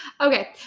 okay